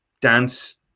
dance